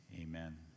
Amen